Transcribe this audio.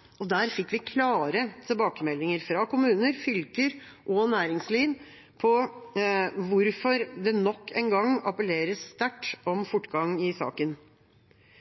interpellasjonsdebatt. Der fikk vi klare tilbakemeldinger fra kommuner, fylker og næringsliv på hvorfor det nok en gang appelleres sterkt om fortgang i saken.